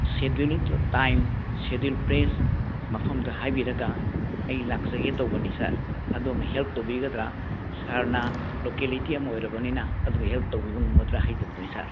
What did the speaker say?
schedule ꯅꯠꯇꯔꯒ time schedule place ꯃꯐꯝꯗꯨ ꯍꯥꯏꯕꯤꯔꯒ ꯑꯩ ꯂꯥꯛꯆꯒꯦ ꯇꯧꯕꯅꯤ ꯁꯥꯔ ꯑꯗꯣꯝꯅ ꯍꯦꯜꯞ ꯇꯧꯕꯤꯒꯗ꯭ꯔ ꯁꯥꯔꯅ ꯂꯣꯀꯦꯂꯤꯇꯤ ꯑꯃ ꯑꯣꯏꯔꯕꯅꯤꯅ ꯑꯗꯨꯒ ꯍꯦꯜꯞ ꯇꯧꯕꯤꯕ ꯉꯝꯒꯗ꯭ꯔ ꯍꯥꯏꯖꯕꯗꯨꯅꯤ ꯁꯥꯔ